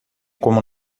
como